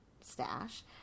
stash